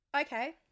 Okay